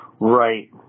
Right